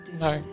No